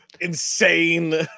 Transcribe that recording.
insane